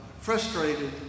frustrated